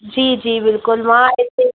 जी जी बिल्कुलु मां हिते